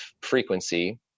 frequency